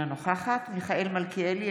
אינה נוכחת מיכאל מלכיאלי,